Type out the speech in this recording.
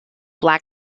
black